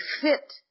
fit